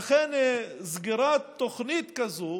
לכן, סגירת תוכנית כזאת